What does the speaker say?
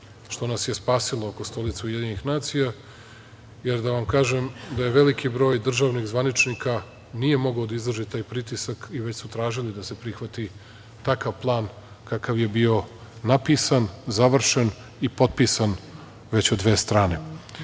što nas je spasilo oko Stolice UN, jer da vam kažem da je veliki broj državnih zvaničnika nije mogao da izdrži taj pritisak i već su tražili da se prihvati takav plan kakav je bio napisan, završen i potpisan već u dve strane. Ovo